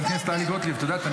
את יודעת,